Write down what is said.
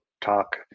talk